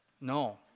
No